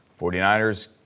49ers